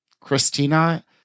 Christina